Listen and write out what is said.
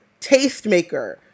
tastemaker